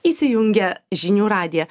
įsijungę žinių radiją